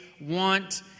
want